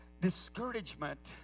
Discouragement